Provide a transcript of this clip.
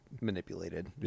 manipulated